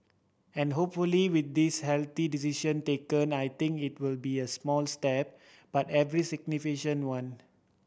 and hopefully with this healthy decision taken I think it'll be a small step but every one